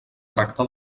tracta